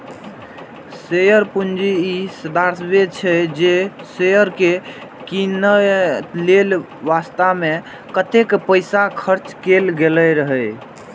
share पूंजी ई दर्शाबै छै, जे शेयर कें कीनय लेल वास्तव मे कतेक पैसा खर्च कैल गेल रहै